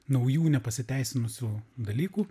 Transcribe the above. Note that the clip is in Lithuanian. naujų nepasiteisinusių dalykų